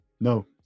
No